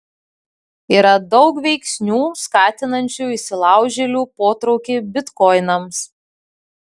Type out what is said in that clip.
yra daug veiksnių skatinančių įsilaužėlių potraukį bitkoinams